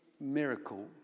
miracle